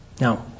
now